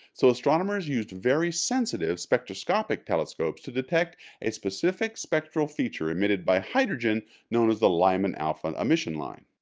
so astronomers used very sensitive spectroscopic telescopes to detect a specific spectral feature emitted by hydrogen known as the lyman-alpha emission line.